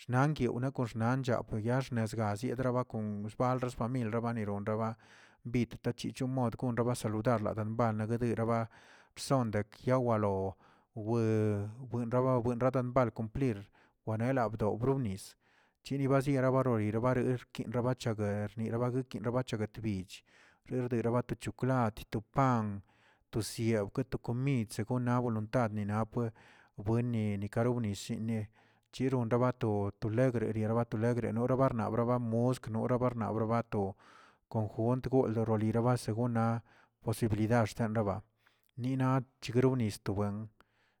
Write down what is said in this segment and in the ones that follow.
Xnakyuw na koxna ya pox xnazguezna chidra bakon pals rfamilba niron raba, bit tachichon modə ronsabasa tar landabrna deraba bson de kyawalo, weꞌ wederabakwal cumplir, lawena bdownis cheni baziera baroriba erki kinbaga choguer rabaga ki rabacha rbidch, rerbera bato choklati, to pan, tosiewke to komid sekuna voluntad nina bue- buenni nikarasienni, chiron rabanato ehreri rabatolegre orabarna gru osk norabarnaw bato konjunt lirabalira asegunnaꞌ posibilidad xtanraba, ninakr krigunixtowen nisdona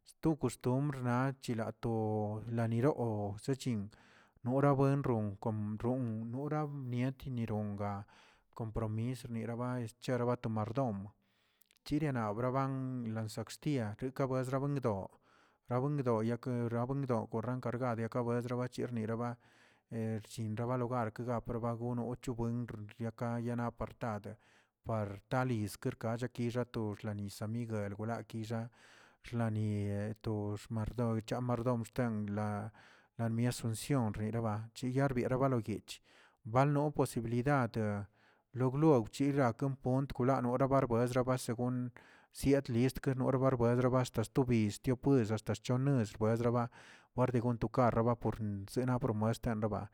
sto kostrumbr chilato laniroꞌzəchin nora buenroo roon nora mnieti niron ga, compromis rniaraba cherabato mardom, chirina barban lansakstia rekabuesramdoꞌ-rabuendo yekerabwendo kardin bangale labuech bachirniraba rchinbagalogar laprba bagono cho buen rekaya partad, par taliz xkakad kixa to xnnianis miguel wlaki axlani to xmdom xten laa lamies sunción chiyar rberawa guich banno posibilidade loglow chidarne ponto nora babuelsrbr según siet lis kkeno barwes basba sto yisto pues hasta chiniues nesraba badre kon tokarr por sena por muestraba.